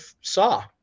saw